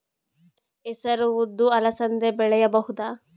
ಹೆಸರು ಉದ್ದು ಅಲಸಂದೆ ಬೆಳೆಯಬಹುದಾ?